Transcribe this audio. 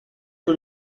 que